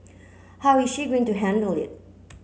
how is she going to handle it